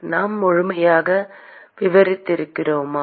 நாம் முழுமையாக விவரித்திருக்கிறோமா